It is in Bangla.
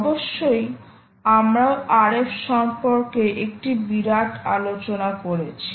অবশ্যই আমরাও RF সম্পর্কে একটি বিরাট আলোচনা করেছি